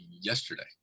yesterday